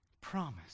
promise